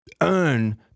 earn